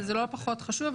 וזה לא פחות חשוב,